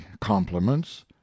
compliments